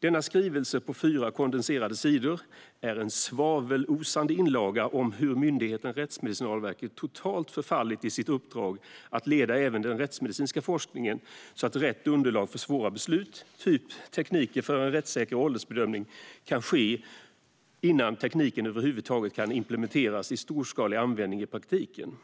Denna skrivelse på fyra kondenserade sidor är en svavelosande inlaga om hur myndigheten Rättsmedicinalverket totalt förfallit i sitt uppdrag att leda även den rättsmedicinska forskningen så att man kan få rätt underlag för svåra beslut, till exempel tekniker för en rättssäker åldersbedömning, innan tekniken över huvud taget kan implementeras för storskalig användning i praktiken.